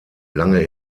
lange